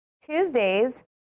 Tuesdays